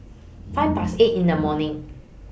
five Past eight in The morning